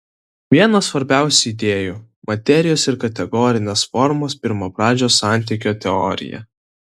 viena svarbiausių idėjų materijos ir kategorinės formos pirmapradžio santykio teorija